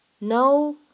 no